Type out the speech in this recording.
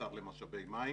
השר למשאבי מים